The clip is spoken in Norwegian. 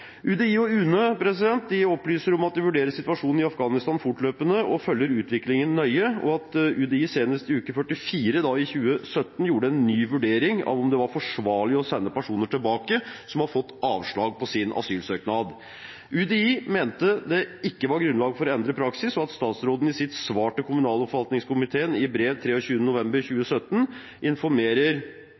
UDI og UNE opplyser om at de vurderer situasjonen i Afghanistan fortløpende og følger utviklingen nøye, og at UDI senest i uke 44 i 2017 gjorde en ny vurdering av om det var forsvarlig å sende tilbake personer som har fått avslag på sin asylsøknad. UDI mente det ikke var grunnlag for å endre praksis. Statsråden informerer i sitt svar til kommunal- og forvaltningskomiteen i brev 23. november 2017